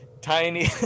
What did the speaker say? tiny